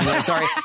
Sorry